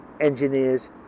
engineers